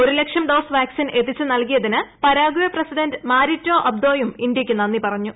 ഒരു ലക്ഷം dose vaccine എത്തിച്ച് ന്റൽകിയതിന് പരാഗ്വേ പ്രസിഡന്റ് മാരിറ്റോ അബ്ദോയും ഇന്ത്യയ്ക്ക് നന്ദി പറഞ്ഞു